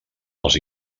els